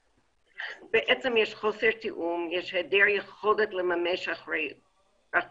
בעצם יש חוסר תיאום, יש היעדר יכולת לממש אחריות,